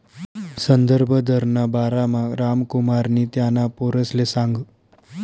संदर्भ दरना बारामा रामकुमारनी त्याना पोरसले सांगं